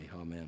amen